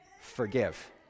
forgive